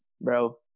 Bro